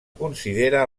considera